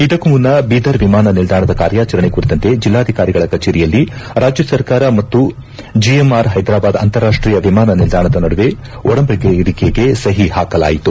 ಇದಕ್ಕೂ ಮುನ್ನ ಬೀದರ್ ವಿಮಾನ ನಿಲ್ದಾಣದ ಕಾರ್ಯಾಚರಣೆ ಕುರಿತಂತೆ ಜಿಲ್ಲಾಧಿಕಾರಿಗಳ ಕಚೇರಿಯಲ್ಲಿ ರಾಜ್ಯ ಸರ್ಕಾರ ಮತ್ತು ಜಿಎಂಆರ್ ಹೈದ್ರಾಬಾದ್ ಅಂತಾರಾಷ್ಷೀಯ ವಿಮಾನ ನಿಲ್ದಾಣದ ನಡುವೆ ಒಡಂಬಡಿಕೆಗೆ ಸಹಿ ಹಾಕಲಾಯಿತು